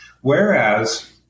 whereas